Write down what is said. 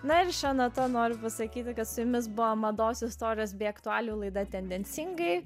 na ir šia nata noriu pasakyti kad su jumis buvo mados istorijos bei aktualijų laida tendencingai